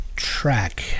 track